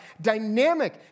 dynamic